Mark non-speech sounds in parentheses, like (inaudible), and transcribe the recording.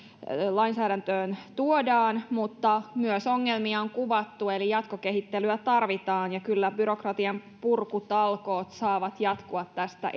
lainsäädäntöön tuodaan mutta myös ongelmia on kuvattu eli jatkokehittelyä tarvitaan kyllä byrokratian purkutalkoot saavat jatkua tästä (unintelligible)